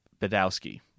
Badowski